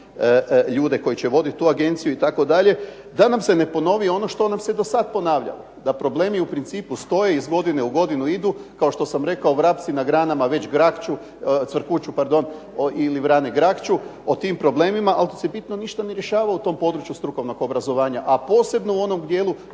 ljude koji će voditi tu agenciju itd. da nam se ne ponovi ono što nam se do sad ponavljalo, da problemi u principu stoje, iz godine u godinu idu. Kao što sam rekao vrapci na granama već grakću, cvrkuću pardon ili vrane grakću o tim problemima, ali se bitno ništa ne rješava u tom području strukovnog obrazovanja, a posebno u onom dijelu